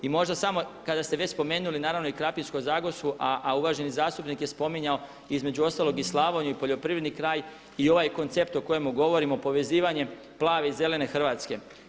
Mi možda samo, kada ste već spomenuli naravno i Krapinsko-zagorsku a uvaženi zastupnik je spominjao između ostalog i Slavoniju i poljoprivredni kraj i ovaj koncept o kojemu govorimo povezivanje plave i zelene Hrvatske.